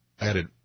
added